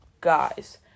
guys